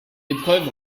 épreuve